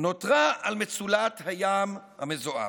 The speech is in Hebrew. נותרה על מצולת הים המזוהם.